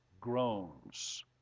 groans